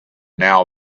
now